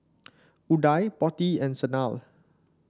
Udai Potti and Sanal